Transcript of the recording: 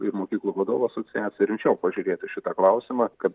ir mokyklų vadovų asociacija rimčiau pažiūrėtų į šitą klausimą kad